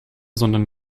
sondern